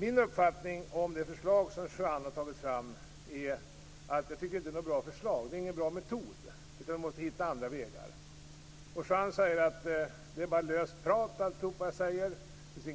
Min uppfattning om det förslag som Juan Fonseca har tagit fram är att det inte är något bra förslag. Det är ingen bra metod, utan vi måste hitta andra vägar. Juan Fonseca menar att allt jag säger bara är löst prat, att det inte